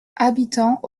habitants